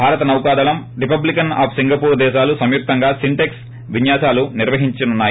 భారత్ నౌకాదళం republican of Singapore దేశాలు సంయుక్తంగా సింటెక్స్ విన్యాసాలు నిర్వహించ నున్నాయి